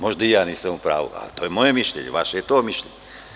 Možda nisam u pravu, ali to je moje mišljenje, kao što je to vaše mišljenje.